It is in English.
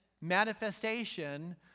manifestation